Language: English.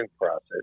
process